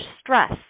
stress